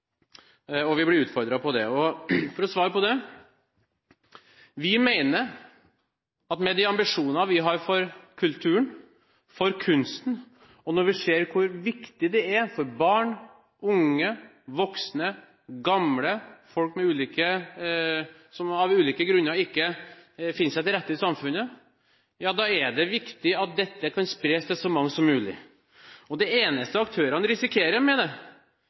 og vi blir utfordret på det. Mitt svar på det er at vi mener at med de ambisjonene vi har for kulturen og kunsten, og når vi ser hvor viktig det er for barn, unge, voksne, gamle og folk som av ulike grunner ikke finner seg til rette i samfunnet, er det viktig at dette kan spres til så mange som mulig. Det eneste aktørene risikerer med det,